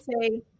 say